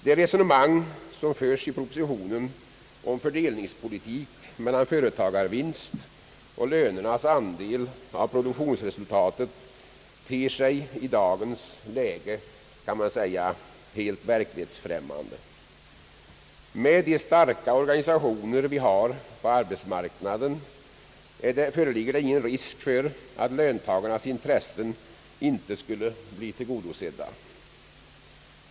Det resonemang som förs i propositionen om fördelningspolitik mellan företagarvinst och lönernas andel av produktionsresultatet ter sig i dagens läge, kan man säga, helt verklighetsfrämmande. Med de starka organisatio ner vi har på arbetsmarknaden föreligger ingen risk för att löntagarnas intressen inte skulle bli tillgodosedda.